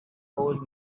old